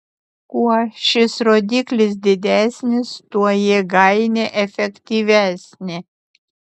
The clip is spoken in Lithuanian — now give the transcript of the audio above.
kuo šis rodiklis didesnis tuo jėgainė efektyvesnė